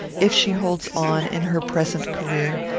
if she holds on in her present career,